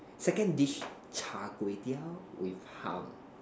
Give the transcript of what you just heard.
second dish Char-Kway-Teow with hum